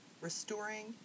Restoring